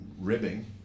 ribbing